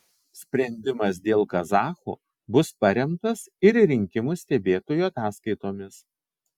sprendimas dėl kazachų bus paremtas ir rinkimų stebėtojų ataskaitomis